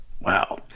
wow